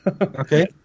Okay